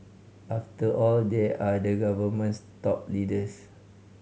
after all they are the government's top leaders